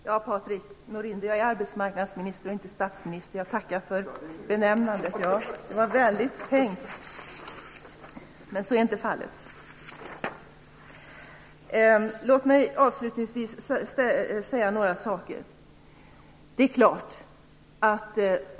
Herr talman! Jag är arbetsmarknadsminister och inte statsminister, Patrik Norinder. Jag tackar för benämningen. Det var vänligt tänkt, men så är inte fallet. Låt mig avslutningsvis säga några saker.